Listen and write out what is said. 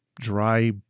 dry